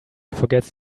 forgets